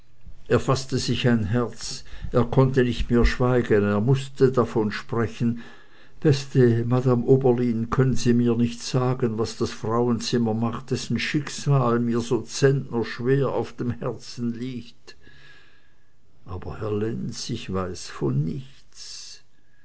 er faßte sich ein herz er konnte nicht mehr schweigen er mußte davon sprechen beste madame oberlin können sie mir nicht sagen was das frauenzimmer macht dessen schicksal mir so zentnerschwer auf dem herzen liegt aber herr lenz ich weiß von nichts